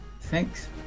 Thanks